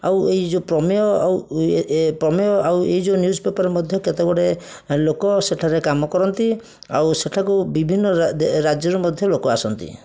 ଆଉ ଏଇ ଯେଉଁ ପ୍ରମେୟ ଆଉ ଏ ପ୍ରମେୟ ଆଉ ଏଇ ଯେଉଁ ନିଉଜ୍ ପେପର୍ ମଧ୍ୟ କେତେଗୁଡ଼ିଏ ଲୋକ ସେଠାରେ କାମ କରନ୍ତି ଆଉ ସେଠାକୁ ବିଭିନ୍ନ ରାଜ୍ୟରୁ ମଧ୍ୟ ଲୋକ ଆସନ୍ତି